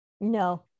No